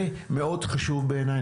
זה מאוד חשוב בעיניי,